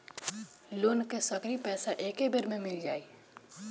Loan के सगरी पइसा एके बेर में मिल जाई?